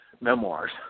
memoirs